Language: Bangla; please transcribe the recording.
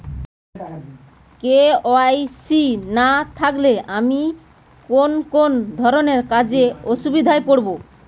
কে.ওয়াই.সি না থাকলে আমি কোন কোন ধরনের কাজে অসুবিধায় পড়ব?